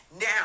Now